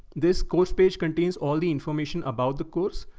this course page contains all the information about the course.